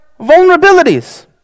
vulnerabilities